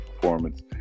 performance